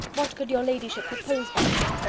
what could your ladyship propose by it?